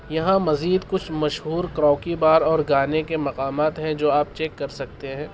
یہاں مزید کچھ مشہور کراوکی بار اور گانے کے مقامات ہیں جو آپ چیک کر سکتے ہیں